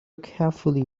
carefully